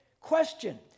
Question